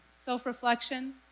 self-reflection